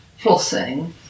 flossing